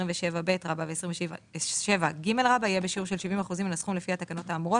27ב ו-27ג יהיה בשיעור של 70% מן הסכום לפי התקנות האמורות,